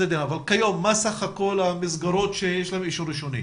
כיום מה סך כל המסגרות שיש להם אישור ראשוני?